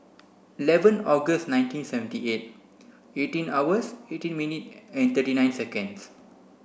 eleven August nineteen seventy eight eighteen hours eighteen minute and thirty nine seconds